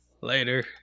Later